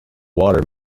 water